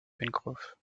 pencroff